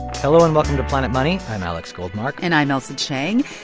hello and welcome to planet money. i'm alex goldmark and i'm ailsa chang.